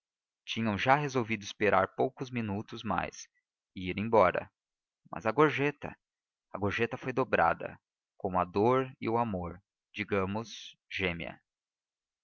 tinha já resolvido esperar poucos minutos mais e ir embora mas a gorjeta a gorjeta foi dobrada como a dor e o amor digamos gêmea